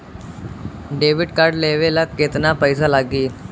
Debit card लेवे ला केतना पईसा लागी?